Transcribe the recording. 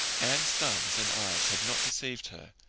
anne's thumbs and eyes had not deceived her.